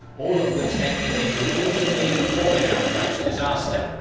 all of which ended inconclusively or in outright disaster,